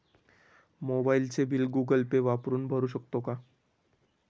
मोबाइलचे bill Google Pay वापरून भरू शकतो का?